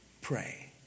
pray